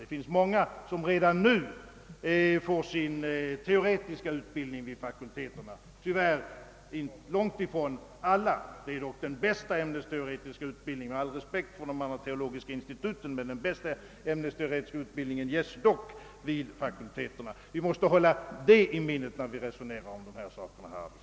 Det finns många där, som redan nu får sin teoretiska utbildning vid fakulteterna, men det är tyvärr långt ifrån alla, och det är dock — med all respekt för de teologiska instituten — den bästa ämnesteoretiska utbildningen. Vi måste hålla detta i minnet, när vi resonerar om dessa saker, herr Arvidson.